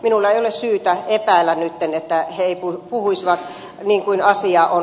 minulla ei ole syytä epäillä että he eivät puhuisi niin kuin asia on